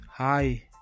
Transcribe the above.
hi